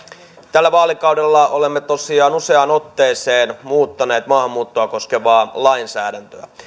tällä vaalikaudella olemme tosiaan useaan otteeseen muuttaneet maahanmuuttoa koskevaa lainsäädäntöä